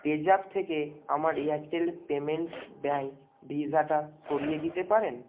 PayZapp থেকে আমার Airtel payments bank ভিসাটা সরিয়ে দিতে পারেন